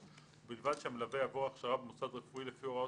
ובלבד שהמלווה יעבור הכשרה במוסד רפואי לפי הוראות